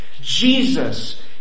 Jesus